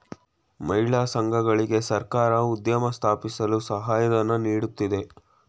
ಮಹಿಳಾ ಸಂಘಗಳಿಗೆ ಸರ್ಕಾರ ಉದ್ಯಮ ಸ್ಥಾಪಿಸಲು ಸಹಾಯಧನ ನೀಡುತ್ತಿದೆ